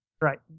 Right